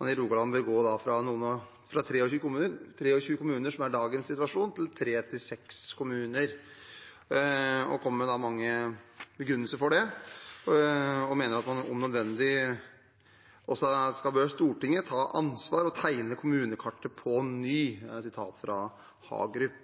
i Rogaland vil gå fra 23 kommuner, som er dagens situasjon, til tre–seks kommuner. Hun kommer med mange begrunnelser for det og mener at om nødvendig bør Stortinget også «ta ansvar og tegne kommunekartet på ny». Det er et sitat fra Hagerup.